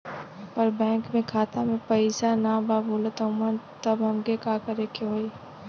पर बैंक मे खाता मे पयीसा ना बा बोलत हउँव तब हमके का करे के होहीं?